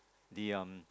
the um